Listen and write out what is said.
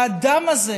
האדם הזה,